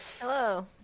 Hello